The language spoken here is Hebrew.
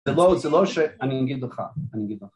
זה לא, זה לא ש...אני אגיד לך, אני אגיד לך